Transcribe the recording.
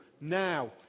now